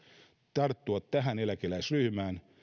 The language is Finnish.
tarttua tähän eläkeläisryhmään